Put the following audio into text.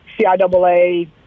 CIAA